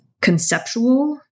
conceptual